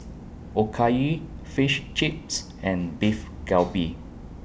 Okayu Fish Chips and Beef Galbi